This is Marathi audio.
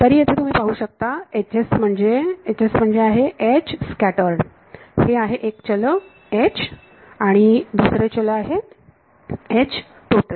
तरी येथे तुम्ही पाहू शकता HS म्हणजे आहे H स्कॅटर्ड हे आहे एक चल H आणि दुसरे चल आहे H टोटल